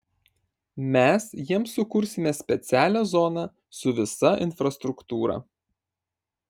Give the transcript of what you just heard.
mes jiems sukursime specialią zoną su visa infrastruktūra